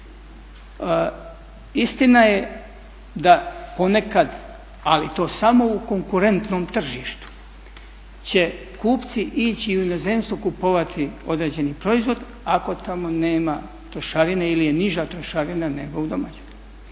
Istina je da ponekad, ali to samo u konkurentom tržištu će kupci ići u inozemstvo kupovati određeni proizvod ako tamo nema trošarine ili je niža trošarina nego u domaćem.